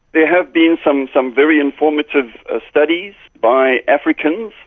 there have been some some very informative ah studies by africans,